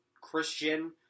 Christian